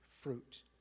fruit